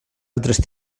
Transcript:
altres